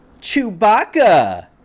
Chewbacca